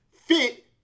fit